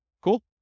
Cool